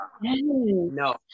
no